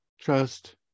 trust